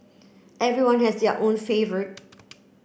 everyone has their own favourite